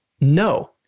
No